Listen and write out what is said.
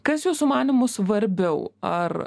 kas jūsų manymu svarbiau ar